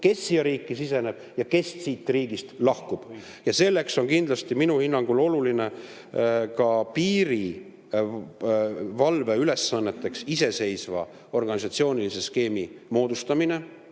kes siia riiki siseneb ja kes siit riigist lahkub. Selleks on minu hinnangul kindlasti oluline piirivalve ülesannete täitmiseks iseseisva organisatsioonilise skeemi moodustamine.